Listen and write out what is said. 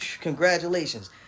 congratulations